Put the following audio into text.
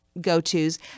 go-to's